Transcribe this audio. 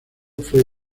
fue